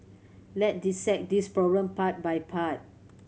let's dissect this problem part by part